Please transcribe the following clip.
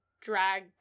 drag